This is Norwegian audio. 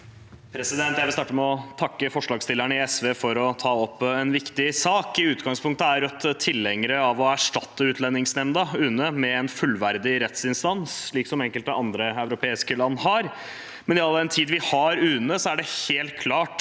Jeg vi starte med å takke forslagsstillerne i SV for å ta opp en viktig sak. I utgangspunktet er Rødt tilhengere av å erstatte Utlendingsnemnda, UNE, med en fullverdig rettsinstans, slik enkelte andre europeiske land har. All den tid vi har UNE, er det helt klart